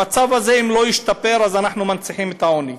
המצב הזה, אם לא ישתפר, אנחנו מנציחים את העוני.